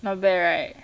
not bad right